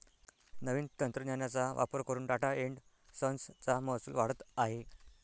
नवीन तंत्रज्ञानाचा वापर करून टाटा एन्ड संस चा महसूल वाढत आहे